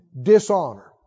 dishonor